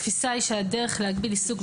התפיסה היא שהדרך להגביל עיסוק,